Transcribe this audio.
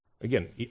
Again